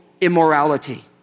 immorality